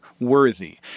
worthy